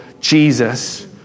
Jesus